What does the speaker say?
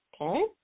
okay